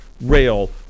rail